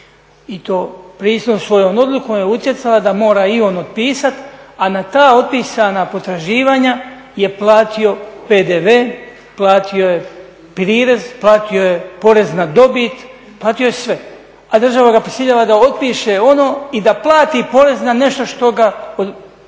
i to prisilno svojom odlukom je utjecala da mora i on otpisati, a na ta otpisana potraživanja je platio PDV, platio je prirez, platio je porez na dobit, platio je sve, a država ga prisiljava da otpiše ono i da plati porez na nešto što ga prisiljava